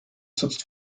sitzt